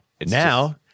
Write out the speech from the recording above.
Now